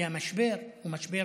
כי המשבר הוא משבר